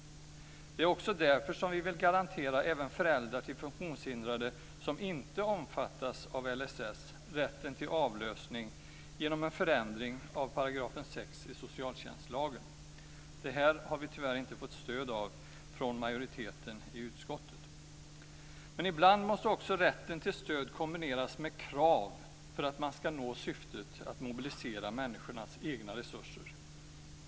Det är också därför som vi vill garantera även föräldrar till funktionshindrade som inte omfattas av socialtjänstlagen. Det här har vi tyvärr inte fått stöd för från majoriteten i utskottet. Ibland måste också rätten till stöd kombineras med krav för att man ska nå syftet att mobilisera människornas egna resurser.